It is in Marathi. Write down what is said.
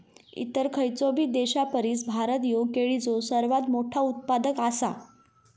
इतर खयचोबी देशापरिस भारत ह्यो केळीचो सर्वात मोठा उत्पादक आसा